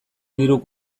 diru